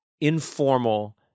informal